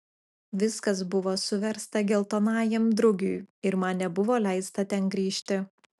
viskas buvo suversta geltonajam drugiui ir man nebuvo leista ten grįžti